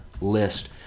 list